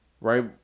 Right